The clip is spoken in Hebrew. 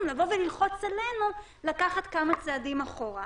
לבוא וללחוץ עלינו לקחת כמה צעדים אחורה.